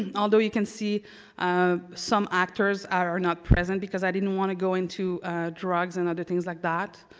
and although you can see um some actors are not present because i didn't want to go into drugs and other things like that,